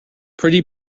pretty